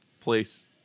place